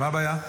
מה הבעיה?